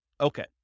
Okay